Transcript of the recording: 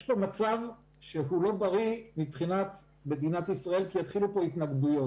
יש כאן מצב שהוא לא בריא מבחינת מדינת ישראל כי יתחילו כאן התנגדויות.